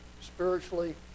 spiritually